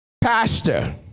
Pastor